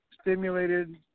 stimulated